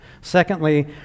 Secondly